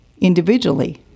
individually